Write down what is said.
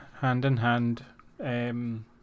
hand-in-hand